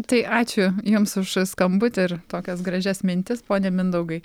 tai ačiū jums už skambutį ir tokias gražias mintis pone mindaugai